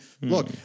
look